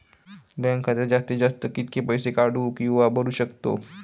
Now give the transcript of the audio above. Bank खात्यात जास्तीत जास्त कितके पैसे काढू किव्हा भरू शकतो?